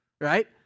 right